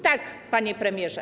Tak, panie premierze.